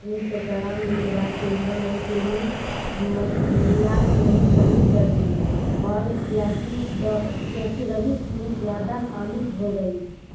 انیس سو چورانوے کے بعد سے انہوں نے فلمی مشغولیات میں کمی کر دی اور سیاسی سیاسی روش میں زیادہ شامل ہو گئی